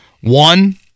One